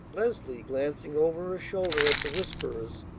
leslie, glancing over her shoulder at the whisperers,